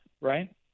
right